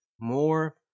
more